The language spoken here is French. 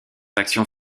actions